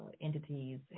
entities